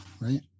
right